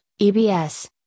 EBS